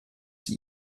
sie